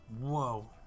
Whoa